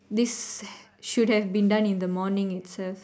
this should have been done in the morning itself